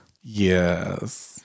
Yes